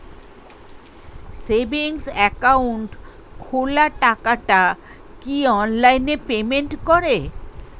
Savings account খোলা টাকাটা কি অনলাইনে পেমেন্ট করে?